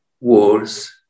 wars